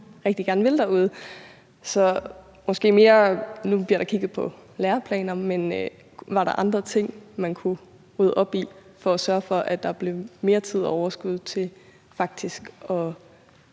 man rigtig gerne vil derude. Nu bliver der kigget på læreplaner, men var der andre ting, man kunne rydde op i for at sørge for, at der blev mere tid og overskud til faktisk at